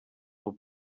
will